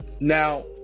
Now